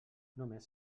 només